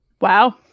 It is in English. Wow